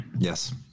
Yes